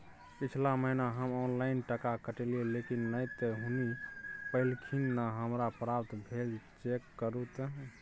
पिछला महीना हम ऑनलाइन टका कटैलिये लेकिन नय त हुनी पैलखिन न हमरा प्राप्त भेल, चेक करू त?